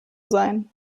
sein